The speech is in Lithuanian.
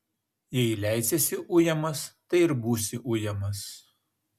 jei leisiesi ujamas tai ir būsi ujamas